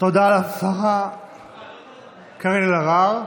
תודה לשרה קארין אלהרר.